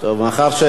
גם מוסדות אחרים,